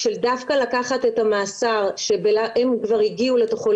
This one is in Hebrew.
של דווקא לקחת את המאסר שהן כבר הגיעו לתוכו,